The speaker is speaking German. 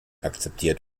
akzeptiert